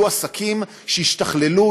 יהיו עסקים שישתכללו,